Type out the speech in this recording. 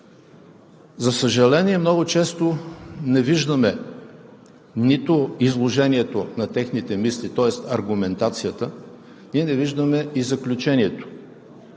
За съжаление, много често не виждаме нито изложението на техните мисли, тоест аргументацията, не виждаме и заключението.